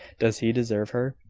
does he deserve her?